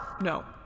No